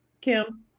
kim